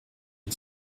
and